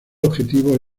objetivo